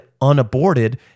unaborted